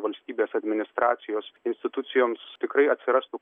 valstybės administracijos institucijoms tikrai atsirastų